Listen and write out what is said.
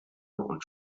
und